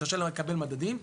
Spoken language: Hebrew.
קשה לה לקבל מדדים.